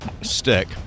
stick